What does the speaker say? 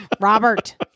Robert